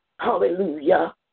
Hallelujah